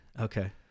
okay